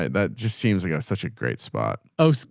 that just seems like such a great spot. oh, so